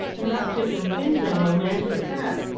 and not too convincing romance at that.